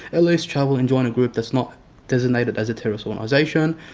at least travel and join a group that's not designated as a terrorist organisation,